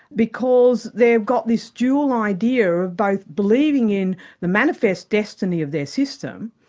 because they've got this dual idea of both believing in the manifest destiny of their system,